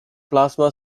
plasma